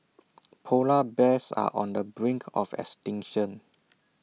Polar Bears are on the brink of extinction